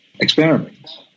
experiments